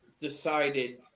decided –